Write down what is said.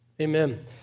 Amen